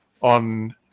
on